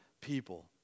people